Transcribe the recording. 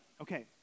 okay